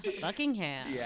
buckingham